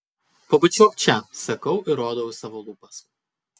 pabučiuok čia sakau ir rodau į savo lūpas